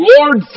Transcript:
Lord